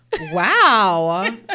wow